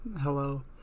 Hello